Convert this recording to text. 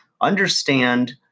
understand